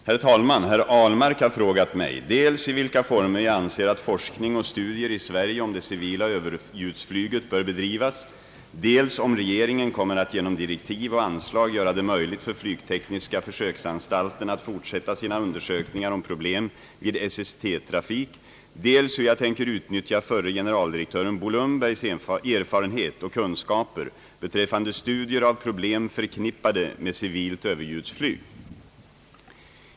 Herr talman! Herr Ahlmark har frågat mig dels i vilka former jag anser att forskning och studier i Sverige om det civila överljudsflyget bör bedrivas, dels om regeringen kommer att genom direktiv och anslag göra det möjligt för flygtekniska försöksanstalten att fortsätta sina undersökningar om problemen vid SST-trafik, dels hur jag tänker utnyttja förre generaldirektören Bo Lundbergs erfarenhet och kunskaper beträffande studier av problem förknippade med civilt överljudsflyg.